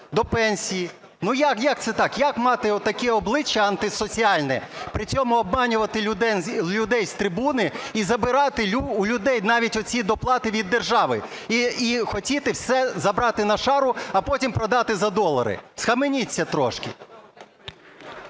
до пенсій. Як це так, як мати таке обличчя антисоціальне, при цьому обманювати людей з трибуни і забирати у людей навіть оці доплати від держави, і хотіти все забрати на шару, а потім продати за долари. Схаменіться трошки!